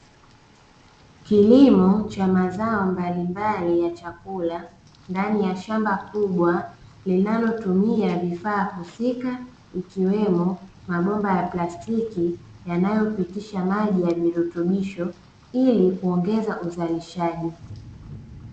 Kilimo cha mazao mbalimbali ya chakula ndani ya shamba kubwa linalotumia vifaa husika ikiwemo mabomba ya plastiki yanayopitisha maji ya virutubisho ili kuongeza uzalishaji.